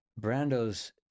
brando's